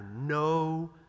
no